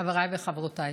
חבריי וחברותיי,